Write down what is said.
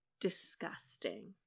Disgusting